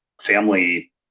family